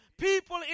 People